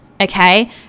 Okay